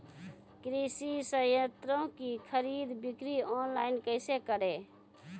कृषि संयंत्रों की खरीद बिक्री ऑनलाइन कैसे करे?